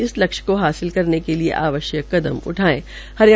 इस लक्ष्य का हासिल करने के लिए आवश्यक कदम उठाये जायें